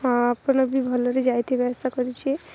ହଁ ଆପଣ ବି ଭଲରେ ଯାଇଥିବେ ଆଶା କରୁଛି